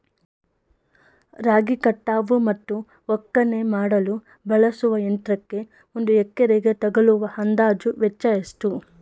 ರಾಗಿ ಕಟಾವು ಮತ್ತು ಒಕ್ಕಣೆ ಮಾಡಲು ಬಳಸುವ ಯಂತ್ರಕ್ಕೆ ಒಂದು ಎಕರೆಗೆ ತಗಲುವ ಅಂದಾಜು ವೆಚ್ಚ ಎಷ್ಟು?